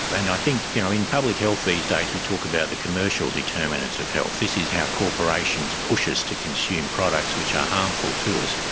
but and i think you know in public health these days we talk about the commercial determinants of health, this is how corporations push us to consume products which are harmful to us.